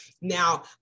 Now